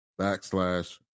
backslash